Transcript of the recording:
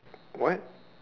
what